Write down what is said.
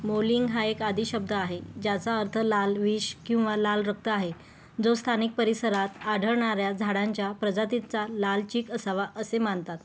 मौलिंग हा एक आदि शब्द आहे ज्याचा अर्थ लाल विष किंवा लाल रक्त आहे जो स्थानिक परिसरात आढळणाऱ्या झाडांच्या प्रजातींचा लाल चीक असावा असे मानतात